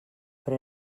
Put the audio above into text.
però